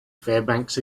fairbanks